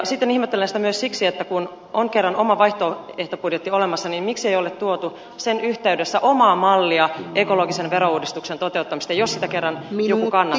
ihmettelen sitä myös siksi että kun on kerran oma vaihtoehtobudjetti olemassa niin miksei ole tuotu sen yhteydessä omaa mallia ekologisen verouudistuksen toteuttamisesta jos sitä kerran joku kannattaa